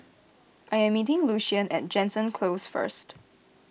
I am meeting Lucian at Jansen Close first